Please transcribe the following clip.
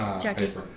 Jackie